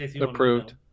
Approved